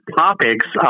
topics